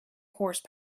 horse